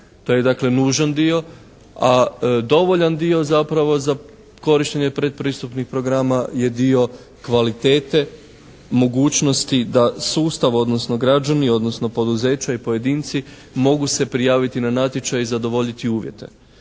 to je dakle nužan dio, a dovoljan dio zapravo za korištenje predpristupnih programa je dio kvalitete, mogućnosti da sustav odnosno građani odnosno poduzeća i pojedinci mogu se prijaviti na natječaj i zadovoljiti uvjete.